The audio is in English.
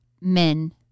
men